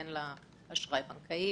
אין אשראי בנקאי,